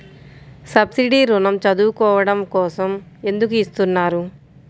Subsidy ఋణం చదువుకోవడం కోసం ఎందుకు ఇస్తున్నారు?